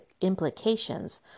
implications